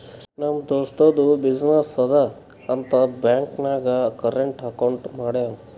ನಮ್ ದೋಸ್ತದು ಬಿಸಿನ್ನೆಸ್ ಅದಾ ಅಂತ್ ಬ್ಯಾಂಕ್ ನಾಗ್ ಕರೆಂಟ್ ಅಕೌಂಟ್ ಮಾಡ್ಯಾನ್